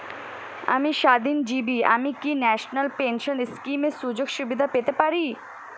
আমি স্বাধীনজীবী আমি কি ন্যাশনাল পেনশন স্কিমের সুযোগ সুবিধা পেতে পারি?